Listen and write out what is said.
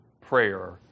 prayer